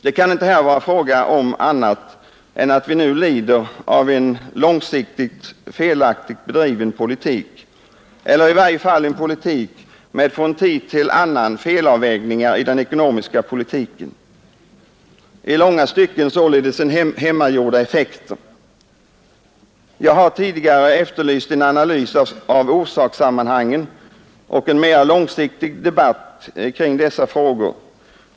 Det kan här inte vara fråga om annat än att vi nu lider av en långsiktigt felaktigt bedriven politik eller i varje fall en politik med från tid till annan gjorda felavvägningar i ekonomiskt avseende. Det rör sig således i långa stycken om hemmagjorda effekter. Jag har tidigare efterlyst en analys av orsaksammanhangen och en mera långsiktig debatt kring dessa frågor.